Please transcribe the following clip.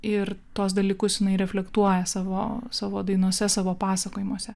ir tuos dalykus jinai reflektuoja savo savo dainose savo pasakojimuose